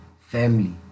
family